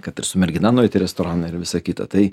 kad ir su mergina nueit į restoraną ir visa kita tai